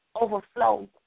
overflow